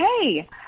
Hey